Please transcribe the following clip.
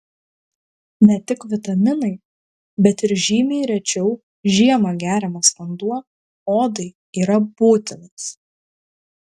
ne tik vitaminai bet ir žymiai rečiau žiemą geriamas vanduo odai yra būtinas